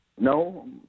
No